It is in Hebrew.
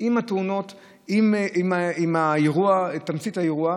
של התאונות עם תמצית האירוע,